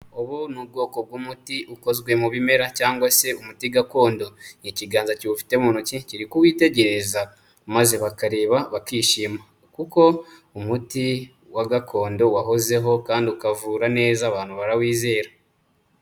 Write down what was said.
Ubu ni ubwoko bw'umuti ukozwe mu bimera cyangwa se umuti gakondo, ni ikiganza kiwufite mu ntoki kiri kuwitegereza maze bakareba bakishima kuko umuti wa gakondo wahozeho kandi ukavura neza abantu barawizera.